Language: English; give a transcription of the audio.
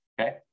Okay